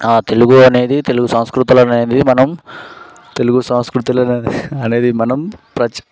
ఆ తెలుగు అనేది తెలుగు సాంస్కృతులు అనేది మనం తెలుగు సాంస్కృతులు అనేది అనేది మనం ప్రచ్